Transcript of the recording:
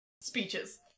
speeches